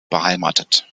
beheimatet